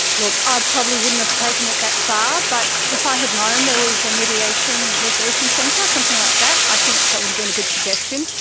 look, i probably wouldn't have taken it that far, but if i had known there was a mediation resolution centre, something like that, i think that would have been a good suggestion,